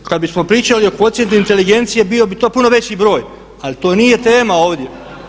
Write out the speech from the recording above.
Kada bismo pričali o kvocijentu inteligencije bio bi to puno veći broj, ali to nije tema ovdje.